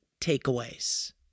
takeaways